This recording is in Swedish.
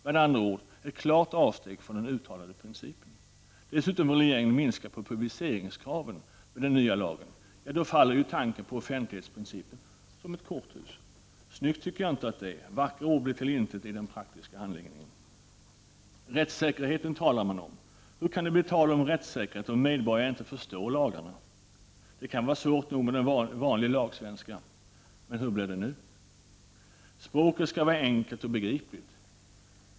Med andra ord är det ett klart avsteg från den uttalade principen. Dessutom vill regeringen minska publiceringskraven med den nya lagen. Då faller ju tanken på offentlighetsprincipen som ett korthus. Snyggt är det inte. Vackra ord blir till intet i den praktiska handläggningen. Rättssäkerheten talar man om. Hur kan det bli tal om rättssäkerhet om medborgarna inte förstår lagarna? Det kan vara svårt nog på vanlig lagsvenska, men hur blir det nu? Språket skall vara enkelt och begripligt.